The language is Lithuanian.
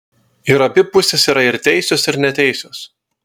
ir abi pusės yra ir teisios ir neteisios